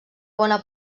bona